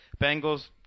Bengals